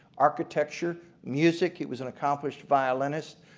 architecture music, he was an accomplished violinist,